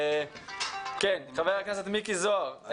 חבר הכנסת מיקי זוהר,